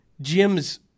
Jim's